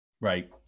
right